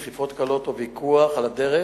דחיפות קלות או ויכוח על הדרך,